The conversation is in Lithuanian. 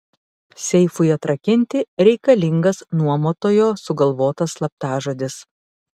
seifui atrakinti reikalingas nuomotojo sugalvotas slaptažodis